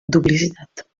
duplicitat